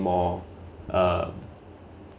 more uh